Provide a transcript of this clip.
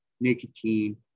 nicotine